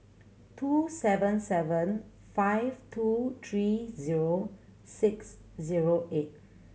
two seven seven five two three zero six zero eight